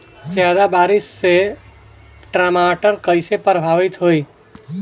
ज्यादा बारिस से टमाटर कइसे प्रभावित होयी?